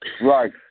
Right